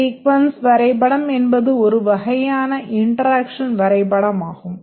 sequence வரைபடம் என்பது ஒரு வகையான இன்டெராக்ஷன் வரைபடமாகும்